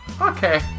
Okay